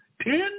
ten